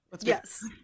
yes